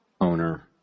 owner